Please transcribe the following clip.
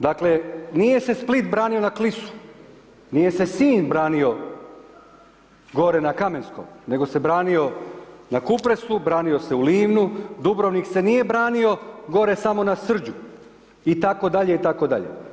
Dakle, nije se Split branio na Klisu, nije se Sinj branio gore na Kamenskom, nego se je branio na Kupresu, branio se u Livnu, Dubrovnik se nije branio gore samo na Srđu itd., itd.